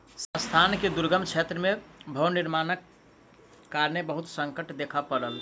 संस्थान के दुर्गम क्षेत्र में भवन निर्माणक कारणेँ बहुत संकट देखअ पड़ल